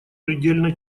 предельно